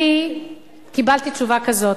אני קיבלתי תשובה כזו: